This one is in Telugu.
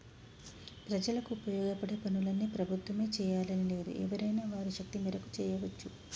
ప్రజలకు ఉపయోగపడే పనులన్నీ ప్రభుత్వమే చేయాలని లేదు ఎవరైనా వారి శక్తి మేరకు చేయవచ్చు